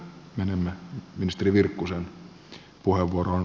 olkaa hyvä